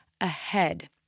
ahead